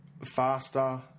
faster